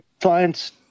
clients